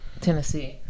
Tennessee